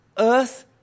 Earth